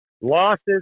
losses